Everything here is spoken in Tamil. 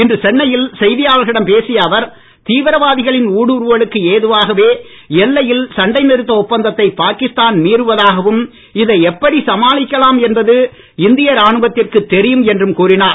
இன்று சென்னையில் செய்தியாளர்களிடம் பேசிய அவர் தீவிரவாதிகளின் ஊடுறுவலுக்கு ஏதுவாகவே எல்லையில் சண்டை நிறுத்த ஒப்பந்ததை பாகிஸ்தான் மீறுவதாகவும் இதை எப்படி சமாளிக்கலாம் என்பது இந்திய ராணுவத்திற்கத் தெரியும் என்றும் கூறினார்